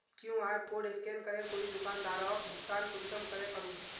QR code scan करे कोई दुकानदारोक भुगतान कुंसम करे करूम?